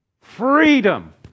Freedom